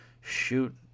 Shoot